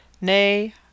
Nay